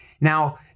Now